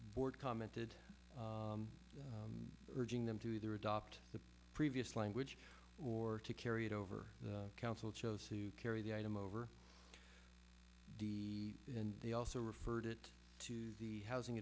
board commented urging them to either adopt the previous language or to carry it over the council chose to carry the item over and they also referred it to the housing